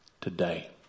today